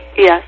Yes